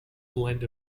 blend